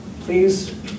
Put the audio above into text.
please